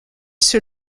sur